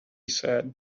said